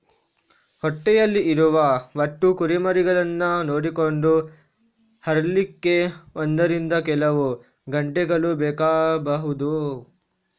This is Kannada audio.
ಹೊಟ್ಟೆಯಲ್ಲಿ ಇರುವ ಒಟ್ಟು ಕುರಿಮರಿಗಳನ್ನ ನೋಡಿಕೊಂಡು ಹೆರ್ಲಿಕ್ಕೆ ಒಂದರಿಂದ ಕೆಲವು ಗಂಟೆಗಳು ಬೇಕಾಗ್ಬಹುದು